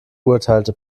urteilte